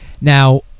Now